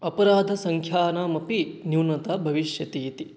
अपराधसङ्ख्यानाम् अपि न्यूनता भविष्यति इति